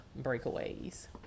breakaways